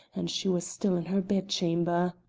and she was still in her bed-chamber.